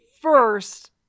first